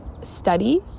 study